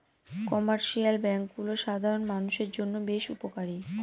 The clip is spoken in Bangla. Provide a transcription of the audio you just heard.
কমার্শিয়াল ব্যাঙ্কগুলো সাধারণ মানষের জন্য বেশ উপকারী